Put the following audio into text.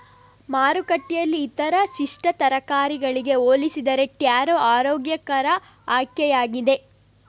ಮಾರುಕಟ್ಟೆಯಲ್ಲಿ ಇತರ ಪಿಷ್ಟ ತರಕಾರಿಗಳಿಗೆ ಹೋಲಿಸಿದರೆ ಟ್ಯಾರೋ ಆರೋಗ್ಯಕರ ಆಯ್ಕೆಯಾಗಿದೆ